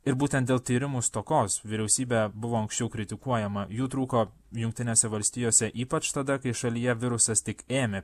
ir būtent dėl tyrimų stokos vyriausybė buvo anksčiau kritikuojama jų trūko jungtinėse valstijose ypač tada kai šalyje virusas tik ėmė